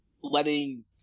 letting